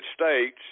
States